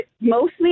mostly